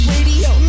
Radio